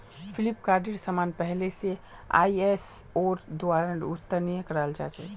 फ्लिपकार्टेर समान पहले आईएसओर द्वारा उत्तीर्ण कराल जा छेक